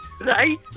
right